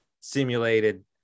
simulated